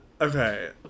okay